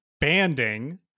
banding